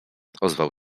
ozwał